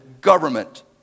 government